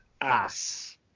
ass